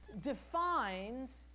defines